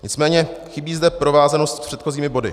Nicméně chybí zde provázanost s předchozími body.